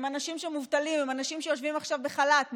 הם אנשים מובטלים, אנשים שיושבים עכשיו בחל"ת.